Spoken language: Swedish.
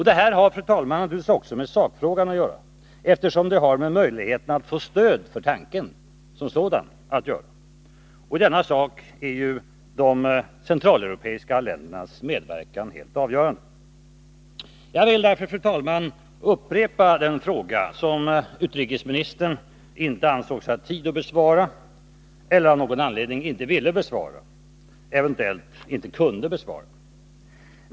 Detta har, fru talman, naturligtvis också med sakfrågan att göra, eftersom det har med möjligheterna att få stöd för tanken som sådan att göra. Och i denna sak är ju de centraleuropeiska ländernas medverkan helt avgörande. Jag vill därför, fru talman, upprepa den fråga som utrikesministern inte ansåg sig ha tid att besvara eller av någon anledning inte ville besvara — eventuellt inte kunde besvara.